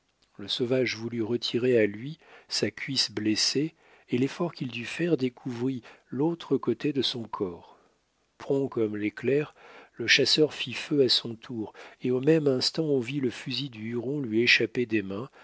le sauvage voulut retirer à lui sa cuisse blessée et l'effort qu'il dut faire découvrit l'autre côté de son corps prompt comme l'éclair le chasseur fit feu à son tour et au même instant on vit le fusil du huron lui échapper des mains